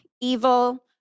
evil